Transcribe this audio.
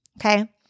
Okay